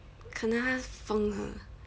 可能他松了